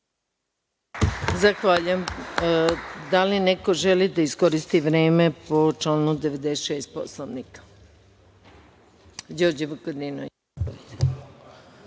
Zahvaljujem. Da li neko želi da iskoristi vreme po članu 96. Poslovnika? Reč